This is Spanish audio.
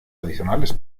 adicionales